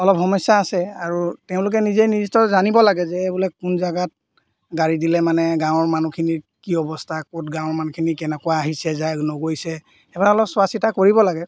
অলপ সমস্যা আছে আৰু তেওঁলোকে নিজে নিজ জানিব লাগে যে বোলে কোন জেগাত গাড়ী দিলে মানে গাঁৱৰ মানুহখিনিৰ কি অৱস্থা ক'ত গাঁৱৰ মানুহখিনি কেনেকুৱা আহিছে যায় নগৈছে সেইবিলাক অলপ চোৱা চিতা কৰিব লাগে